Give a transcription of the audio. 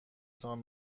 تان